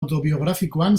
autobiografikoan